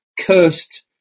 cursed